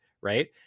Right